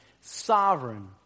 sovereign